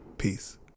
Peace